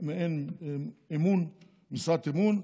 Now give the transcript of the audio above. מעין משרת אמון,